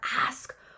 ask